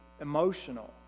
emotional